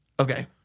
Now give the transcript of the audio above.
Okay